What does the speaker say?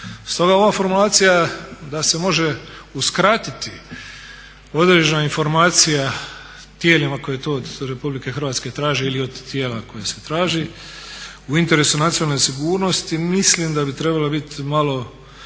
Stoga ova formulacija da se može uskratiti određena informacija tijelima koje to od Republike Hrvatske traže ili od tijela koja se traži u interesu nacionalne sigurnosti mislim da bi trebala biti malo